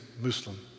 Muslim